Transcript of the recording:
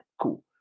Cool